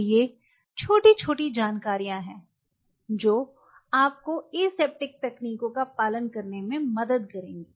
तो ये छोटी छोटी जानकारियाँ हैं जो आपको एसेप्टिक तकनीकों का पालन करने में मदद करेंगे